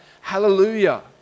Hallelujah